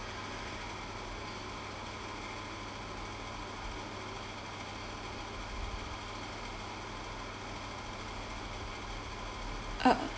uh